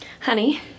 honey